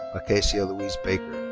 acacia louise baker.